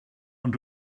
ond